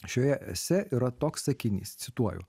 šioje esė yra toks sakinys cituoju